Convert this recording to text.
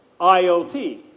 IoT